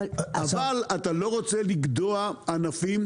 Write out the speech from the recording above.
אבל אתה לא רוצה לגדוע ענפים.